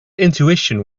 intuition